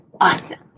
Awesome